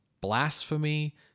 blasphemy